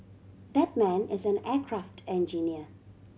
that man is an aircraft engineer